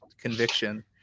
conviction